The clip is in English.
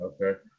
Okay